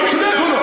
אני צודק או לא?